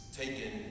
taken